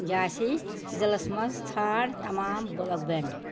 جھانٛسی ضلعس مَنٛز ژھانٛڈ تمام بُلڈ بینک